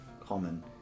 Common